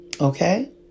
Okay